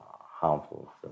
harmful